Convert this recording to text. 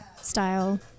style